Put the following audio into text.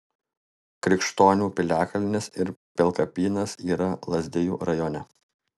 krikštonių piliakalnis ir pilkapynas yra lazdijų rajone